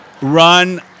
Run